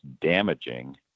damaging